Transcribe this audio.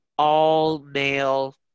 all-male